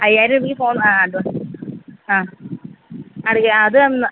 അയ്യായിരം രൂപക്ക് ഫോൺ ആ ആ അറിയാം അത് എന്നാൽ